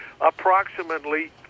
Approximately